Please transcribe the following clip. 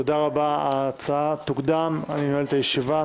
תודה רבה, ההצעה תוקדם, אני נועל את הישיבה.